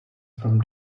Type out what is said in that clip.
from